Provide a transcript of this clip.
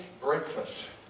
breakfast